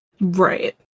right